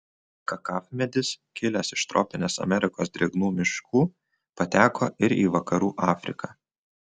kakavmedis kilęs iš tropinės amerikos drėgnų miškų pateko ir į vakarų afriką